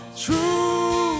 true